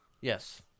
Yes